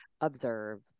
observe